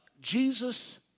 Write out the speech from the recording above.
Jesus